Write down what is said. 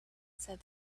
said